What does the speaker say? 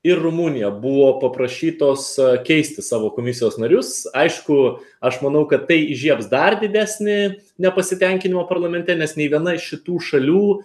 ir rumunija buvo paprašytos keisti savo komisijos narius aišku aš manau kad tai įžiebs dar didesnį nepasitenkinimą parlamente nes nei viena iš šitų šalių